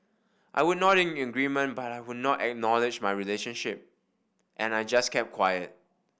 I would nod in agreement but I would not acknowledge my relationship and I just kept quiet